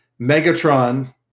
Megatron